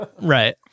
right